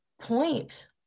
point